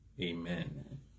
amen